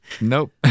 Nope